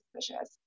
suspicious